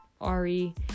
Ari